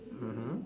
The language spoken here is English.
mmhmm